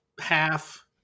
half